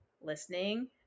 listening